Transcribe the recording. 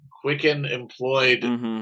Quicken-employed